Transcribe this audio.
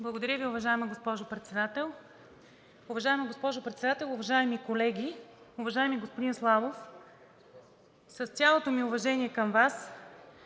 Благодаря Ви, уважаема госпожо Председател. Уважаема госпожо Председател, уважаеми колеги! Уважаеми господин Славов, с цялото ми уважение към Вас,